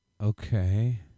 Okay